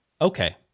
okay